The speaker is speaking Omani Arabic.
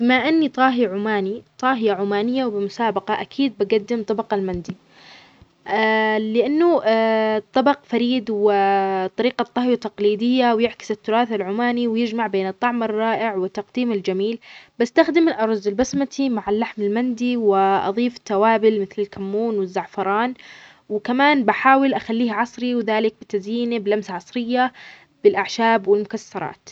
إذا كنت طاهي في مسابقة طهي، راح أقدم "المندي العماني" لأنه يمثل التراث العماني بشكل رائع. الطبق يحتوي على الأرز اللذيذ واللحم أو الدجاج المشوي بتوابل عمانية فريدة. أعتقد أنه سيفوز لأنه يجمع بين النكهات العميقة والتقديم الجميل، ويعكس الأصالة في كل مكوناته.